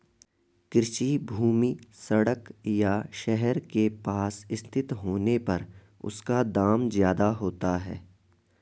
कृषि भूमि सड़क या शहर के पास स्थित होने पर उसका दाम ज्यादा होता है